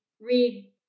Read